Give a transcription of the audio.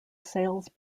sales